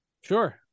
Sure